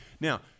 now